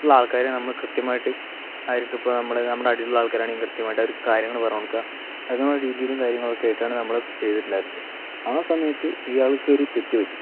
ഉള്ള ആൾക്കാരെ നമ്മൾ കൃത്യമായിട്ട് ആയിരിക്കും ഇപ്പോൾ നമ്മൾ നമ്മുടെ അടിയിലുള്ള ആൾക്കാരാണെങ്കിലും കൃത്യമായിട്ട് അവർക്ക് കാര്യങ്ങള് പറഞ്ഞ് കൊടുക്കുക അങ്ങനെയുള്ള രീതിയിലും കാര്യങ്ങളൊക്കെയായിട്ടാണ് നമ്മള് ചെയ്തിട്ടുണ്ടായിരുന്നത് ആ സമയത്ത് ഇയാൾക്കൊരു തെറ്റ് പറ്റി